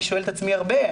אני שואל את עצמי הרבה,